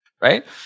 right